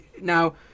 Now